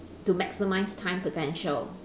to maximise time potential